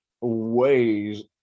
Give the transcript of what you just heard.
ways